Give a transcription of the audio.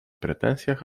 pretensjach